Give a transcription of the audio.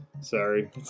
sorry